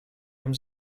вам